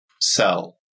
sell